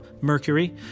mercury